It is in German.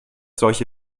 solche